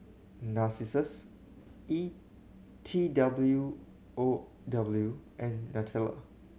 Narcissus E T W O W and Nutella